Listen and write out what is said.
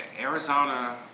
Arizona